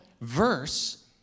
verse